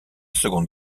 seconde